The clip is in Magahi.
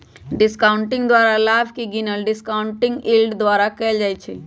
डिस्काउंटिंग द्वारा लाभ के गिनल डिस्काउंटिंग यील्ड द्वारा कएल जाइ छइ